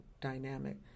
dynamic